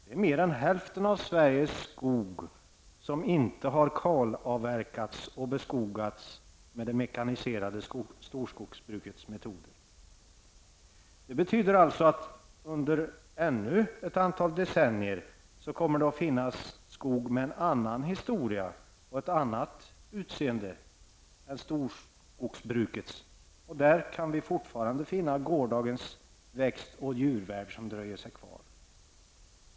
Det är mer än hälften av Sveriges skog som inte har kalavverkats eller beskogats med det mekaniserade storskogsbrukets metoder. Det betyder alltså att det under ännu ett antal decennier kommer att finnas skog med annan historia och annat utseende än storskogsbrukets, och där kan vi fortfarande finna gårdagens växt och djurvärld som dröjer sig kvar.